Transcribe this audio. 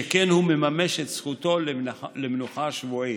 שכן הוא מממש את זכותו למנוחה שבועית.